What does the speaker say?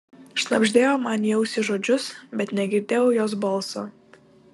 šnabždėjo man į ausį žodžius bet negirdėjau jos balso